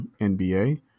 NBA